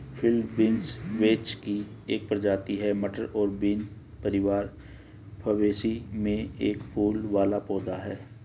field beans vetch की एक प्रजाति है, मटर और बीन परिवार फैबेसी में एक फूल वाला पौधा है